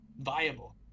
viable